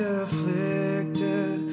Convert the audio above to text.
afflicted